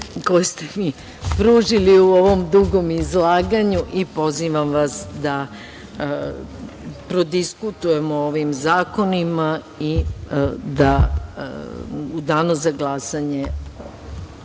koju ste mi pružili u ovom dugom izlaganju i pozivam vas da prodiskutujemo o ovim zakonima i da u danu za glasanje